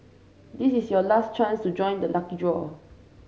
this is your last chance to join the lucky draw